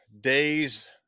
days